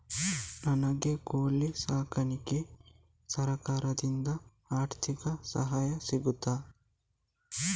ನನಗೆ ಕೋಳಿ ಸಾಕಾಣಿಕೆಗೆ ಸರಕಾರದಿಂದ ಆರ್ಥಿಕ ಸಹಾಯ ಸಿಗುತ್ತದಾ?